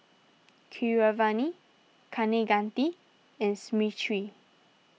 Keeravani Kaneganti and Smriti